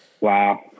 Wow